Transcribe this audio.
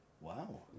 Wow